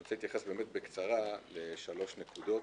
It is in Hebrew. אני רוצה להתייחס בקצרה לשלוש נקודות.